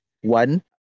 one